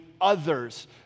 others